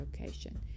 location